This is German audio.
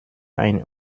ein